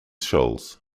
shoals